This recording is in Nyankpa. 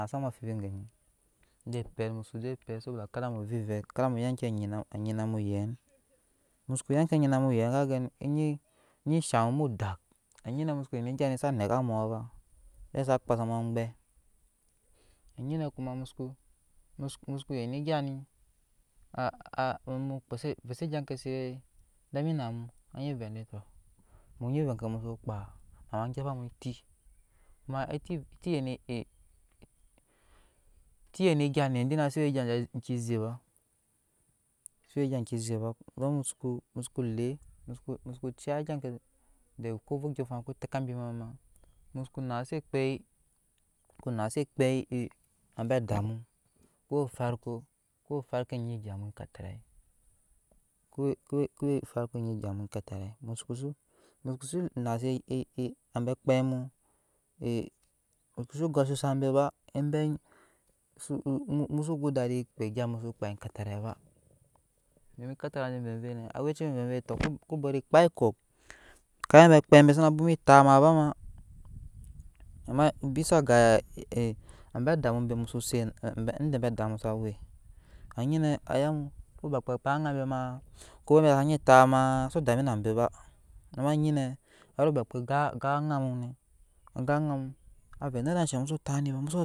Kana sam amfibi gemu aje epet mu sobo je epet soboda muno je evep kada muyaa enke nyi nama yen musoko ya enke nyi namu yen ka gen eni shaŋ mu dak anyinɛ mu doko yen egyani saneka mumaa bama se sa kpaa sam amgbɛ enyinɛ kuma. musuku yen egya ni na mu keke egya ki sese dami na mu avɛɛ dee tɔ nyi ovɛɛ ke musoo kpaa beri ema gyepam eti kuma eti yen egya onet se we egya ke eze ba suwe egya ke. eze ba dadama musuko ee musuko ziya egya ke de ko ovee ondyɔɔŋafan ote kabi ma musoko a nasa ze ekpeii na se ekpei abe adamu farko kuwa farko nyi egyam ekatavai mukose ee abe akpei mu emu kose go asusu beba musu go eda di kpaa egya mu soo kpaa ekatanri ba doomi ekatavi voovei nɛ awɛci be bɔt abe kpeikɔ kaya abe kpei be sana bwoma etap ma bama ama bisa ga ebe adammu so set inde ebe adaam sawe anyi nɛ kaya mu ko bakpe saka baanŋa mu ko owɛ be sa se tapma zudumi na be ba ama ayinɛ hari bakpe gan anŋaa mune gan anŋamu avɛɛ nada eshɛ shan emus tap zo.